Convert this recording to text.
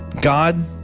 God